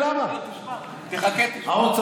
עוד מעט תשמע.